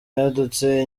yadutse